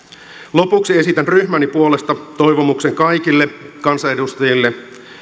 lopuksi esitän ryhmäni puolesta toivomuksen kaikille kansanedustajille